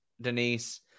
Denise